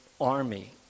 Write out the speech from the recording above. army